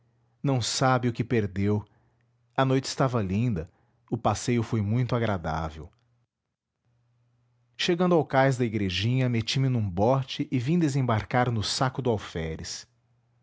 não sabe o que perdeu a noite estava linda o passeio foi muito agradável chegando ao cais da igrejinha meti me num bote e vim desembarcar no saco do alferes